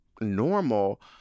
normal